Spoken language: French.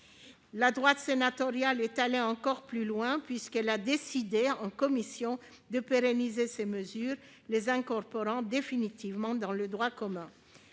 La droite sénatoriale est allée encore plus loin, puisqu'elle a décidé, en commission, de pérenniser ces mesures, les incorporant définitivement dans le droit commun.